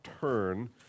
turn